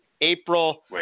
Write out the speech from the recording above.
April